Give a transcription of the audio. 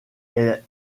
est